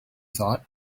thought